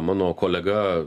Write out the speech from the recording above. mano kolega